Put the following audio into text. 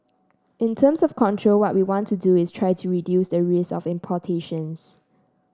in terms of control what we want to do is try to reduce the risk of importations